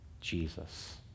Jesus